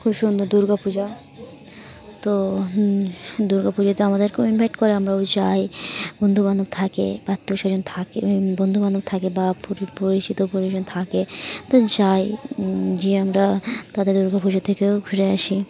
খুব সুন্দর দুর্গাপূজা তো দুর্গাপুজোতে আমাদেরকেও ইনভাইট করে আমরাও যাই বন্ধুবান্ধব থাকে আত্মীয় স্বজন থাকে বন্ধু বান্ধব থাকে বা পরিচিত পরিজন থাকে তো যাই গিয়ে আমরা তাদের দুর্গাপুজো থেকেও ঘুরে আসি